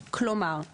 כלומר,